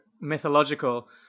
mythological